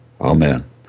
Amen